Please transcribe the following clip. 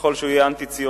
ככל שהוא יהיה אנטי-ציוני,